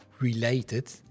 related